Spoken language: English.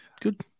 Good